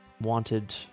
wanted